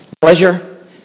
pleasure